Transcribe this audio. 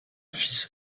fils